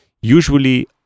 usually